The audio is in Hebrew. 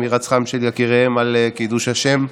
עם הירצחם של יקיריהן על קידוש השם,